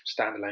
standalone